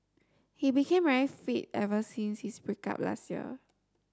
he became very fit ever since his break up last year